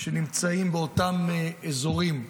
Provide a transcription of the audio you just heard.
שנמצאים באותם אזורים.